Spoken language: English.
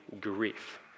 grief